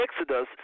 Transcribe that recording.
Exodus